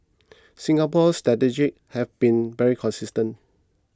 Singapore's strategy have been very consistent